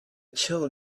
chill